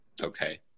okay